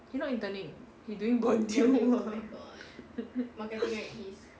he not interning he doing bondue work